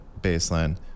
baseline